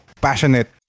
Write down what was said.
passionate